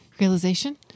realization